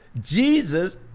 Jesus